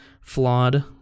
flawed